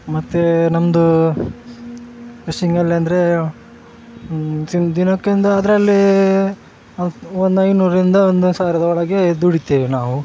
ಮತ್ತು ನಮ್ಮದು ಫಿಶ್ಶಿಂಗಲ್ಲೆಂದ್ರೆ ದಿನಕ್ಕೆಂದು ಅದರಲ್ಲಿ ಒಂದು ಐನೂರರಿಂದ ಒಂದು ಸಾವಿರದೊಳಗೆ ದುಡಿತೇವೆ ನಾವು